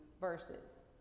verses